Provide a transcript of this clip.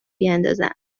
بیندازند